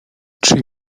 czy